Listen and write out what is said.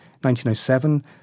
1907